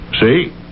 See